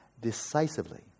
decisively